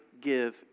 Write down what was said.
give